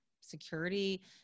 security